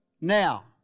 now